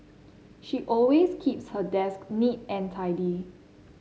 she always keeps her desk neat and tidy